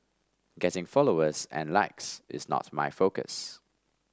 getting followers and likes is not my focus